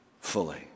fully